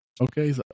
okay